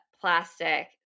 plastic